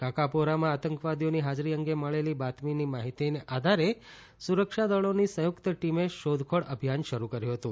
કાકાપોરામાં આતંકવાદીઓની હાજરી અંગે મળેલી બાતમી માહિતીને આધારે સુરક્ષા દળોની સંયુક્ત ટીમે શોધખોળ અભિયાન શરૂ કર્યું હતું